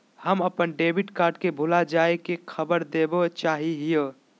हम अप्पन debit card के भुला जाये के खबर देवे चाहे हियो